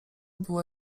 było